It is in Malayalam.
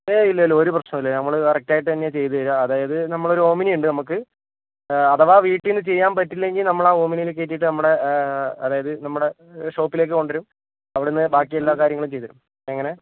ഏയ് ഇല്ലില്ല ഒരു പ്രശ്നവുമില്ല നമ്മൾ കറക്റ്റായിട്ടുതന്നെ ചെയ്തുതരാം അതായത് നമ്മളെ ഒരു ഒമിനി ഉണ്ട് നമുക്ക് അഥവാ വീട്ടീന്ന് ചെയ്യാൻ പറ്റില്ലെങ്കിൽ നമ്മളാ ഒമിനിയിൽ കയറ്റിയിട്ട് നമ്മളുടെ അതായത് നമ്മളുടെ ഷോപ്പിലേക്ക് കൊണ്ടുവരും അവിടുന്ന് ബാക്കി എല്ലാ കാര്യങ്ങളും ചെയ്തുതരും എങ്ങനെ